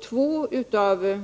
Två av